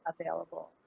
available